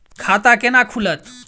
खाता केना खुलत?